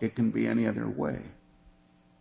it can be any other way